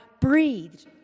breathed